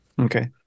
Okay